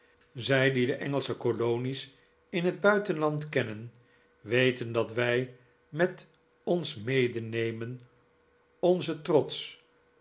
zij die de engelsche kolonies in het buitenland kennen weten dat wij met ons medenemen onzen trots